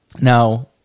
Now